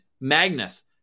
Magnus